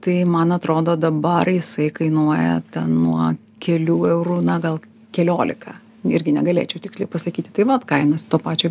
tai man atrodo dabar jisai kainuoja nuo kelių eurų na gal keliolika irgi negalėčiau tiksliai pasakyti tai vat kainos to pačio